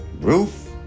roof